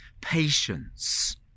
patience